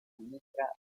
ministra